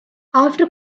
after